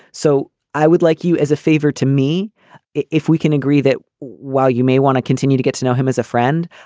so i would like you as a favor to me if we can agree that while you may want to continue to get to know him as a friend,